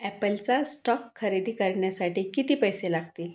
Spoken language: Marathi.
ॲपलचा स्टॉक खरेदी करण्यासाठी किती पैसे लागतील